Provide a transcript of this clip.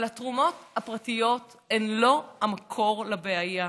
אבל התרומות הפרטיות הן לא המקור לבעיה,